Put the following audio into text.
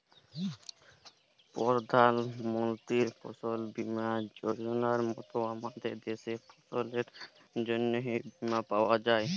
পরধাল মলতির ফসল বীমা যজলার মত আমাদের দ্যাশে ফসলের জ্যনহে বীমা পাউয়া যায়